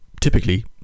typically